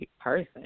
person